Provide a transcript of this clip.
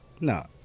No